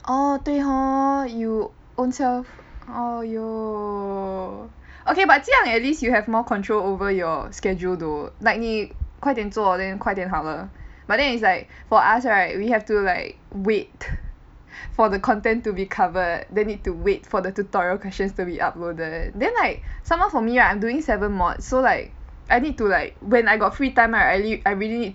orh 对 hor you ownself !aiyo! okay but 这样 at least you have more control over your schedule though like 你快点做 then 快点好了 but then it's like for us right we have to like wait for the content to be covered then need to wait for the tutorial questions to be uploaded then like sometimes for me right I'm doing seven mods so like I need to like when I got free time right I really I really